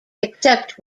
except